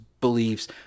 beliefs